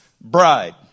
bride